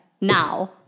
now